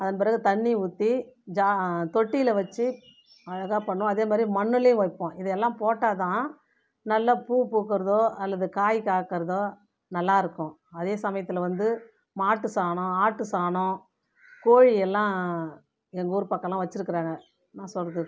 அதன் பிறகு தண்ணி ஊற்றி ஜா தொட்டியில் வச்சு அழகாக பண்ணுவோம் அதே மாதிரி மண்ணுலேயும் வைப்போம் இது எல்லாம் போட்டால் தான் நல்ல பூ பூக்குறதோ அல்லது காய் காய்கறதோ நல்லாருக்கும் அதே சமயத்தில் வந்து மாட்டு சாணம் ஆட்டு சாணம் கோழியெல்லாம் எங்கூரு பக்கம்லாம் வச்சுருக்குறாங்கள் நான் சொல்கிற